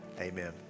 amen